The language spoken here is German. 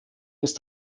ist